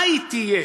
מה היא תהיה?